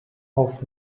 auf